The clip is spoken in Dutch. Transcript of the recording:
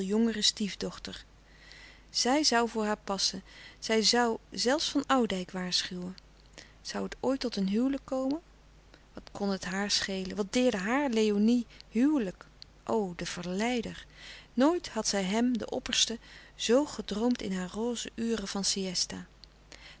jongere stiefdochter zij zoû voor haar passen zij zoû zelfs van oudijck waarschuwen zoû het ooit tot een huwelijk komen wat kon het haar schelen wat deerde haar léonie huwelijk o de verleider nooit had zij hem den oppersten zoo gedroomd in haar roze uren van siësta